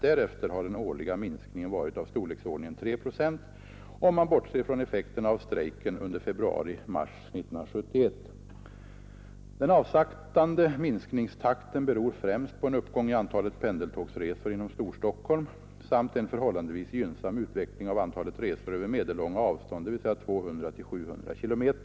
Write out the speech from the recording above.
Därefter har den årliga minskningen varit av storleksordningen 3 procent, om man bortser från effekterna av strejken under februari-mars 1971. Den avsaktande minskningstakten beror främst på en uppgång i antalet pendeltågsresor inom Storstockholm samt en förhållandevis gynnsam utveckling av antalet resor över medellånga avstånd, dvs. 200-700 km.